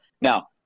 Now